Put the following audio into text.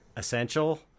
Essential